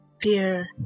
fear